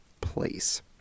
place